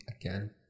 again